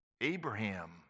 Abraham